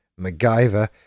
MacGyver